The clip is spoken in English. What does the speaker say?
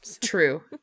True